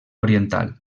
oriental